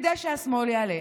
כדי שהשמאל יעלה.